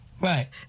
Right